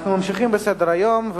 אנחנו ממשיכים בסדר-היום,